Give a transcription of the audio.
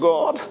God